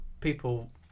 people